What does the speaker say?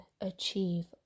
achieve